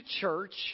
church